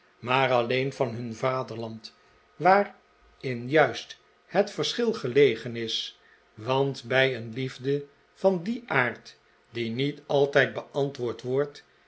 maar alleen van hun vaderland waarin juist het verschil gelegen is want bij een liefde van dien aard